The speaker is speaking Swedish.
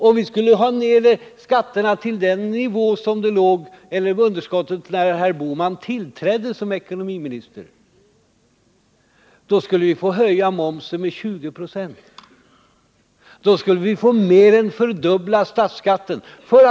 För att nedbringa skatterna på den nivå som de låg på när vi lämnade regeringen och herr Bohman tillträdde som ekonomiminister skulle vi få höja momsen med 20 96 och mer än fördubbla statsskatten.